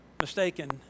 mistaken